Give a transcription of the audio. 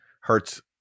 hurts